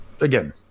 again